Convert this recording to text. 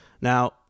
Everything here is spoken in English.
Now